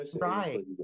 Right